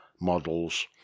models